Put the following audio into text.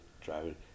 driving